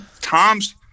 Tom's